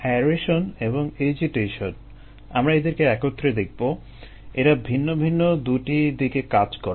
aeration এবং agitation - আমরা এদেরকে একত্রে দেখবো - এরা ভিন্ন ভিন্ন দু'টি দিকে কাজ করে